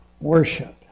worship